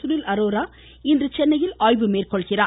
சுனில் அரோரா இன்று சென்னையில் ஆய்வு மேற்கொள்கிறார்